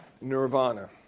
nirvana